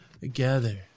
together